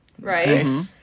right